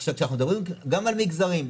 עכשיו כשאנחנו מדברים גם על מגזרים,